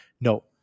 No